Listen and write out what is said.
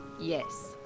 Yes